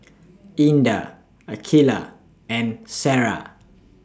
Indah Aqilah and Sarah